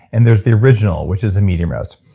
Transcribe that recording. and there's the original, which is a medium roast.